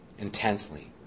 Intensely